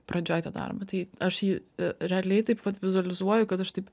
pradžioj tą darbą tai aš jį realiai taip vat vizualizuoju kad aš taip